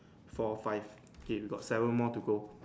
four five okay we got seven more to go